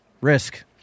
risk